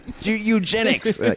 eugenics